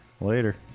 Later